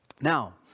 now